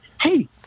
hey